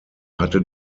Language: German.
hatte